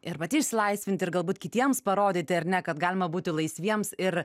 ir pati išsilaisvinti ir galbūt kitiems parodyti ar ne kad galima būti laisviems ir